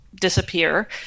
disappear